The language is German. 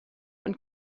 und